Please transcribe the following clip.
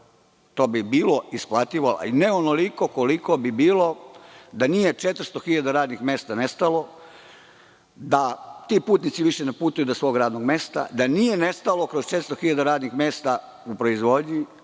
to bi bilo isplativo, ali ne onoliko koliko bi bilo da nije 400 hiljada radnih mesta nestalo, da ti putnici više ne putuju do svog radnom mesta, da nije nestalo kroz 400 hiljada radnih mesta u proizvodnji